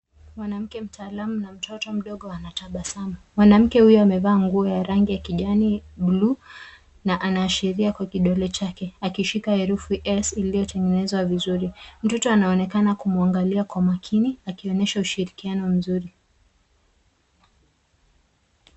Mwanamke mtaalamu na mtoto mdogo anatabasamu. Mwanamke huyo amevaa nguo ya rangi ya kijani, bluu na anaashiria kwa kidole chake akishika herufi s iliyotengenezwa vizuri. Mtoto anaonekana kumwangalia kwa makini akionyeshwa ushirikiano mzuri.